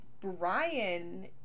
Brian